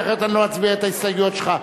כי אחרת אני לא אצביע על ההסתייגויות שלך.